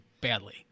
badly